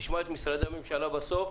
נשמע את משרדי הממשלה בסוף,